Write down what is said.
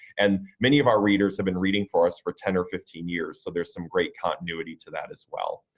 and many of our readers have been reading for us for ten or fifteen years so there's some great continuity to that as well.